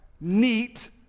neat